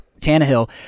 Tannehill